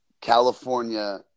California